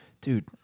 Dude